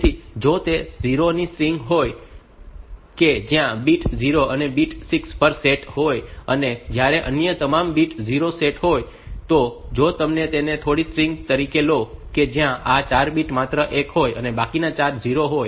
તેથી જો તે 0 ની સ્ટ્રિંગ હોય કે જ્યાં બીટ 0 અને બીટ 6 1 પર સેટ હોય અને જ્યારે અન્ય તમામ બિટ્સ 0 પર સેટ હોય તો જો તમે તેને થોડી સ્ટ્રિંગ તરીકે લો કે જ્યાં આ 2 બિટ્સ માત્ર એક હોય અને બાકીના બિટ્સ 0 હોય